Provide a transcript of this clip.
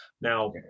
Now